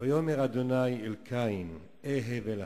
ויאמר ה' אל קין אי הבל אחיך,